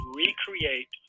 recreate